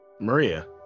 Maria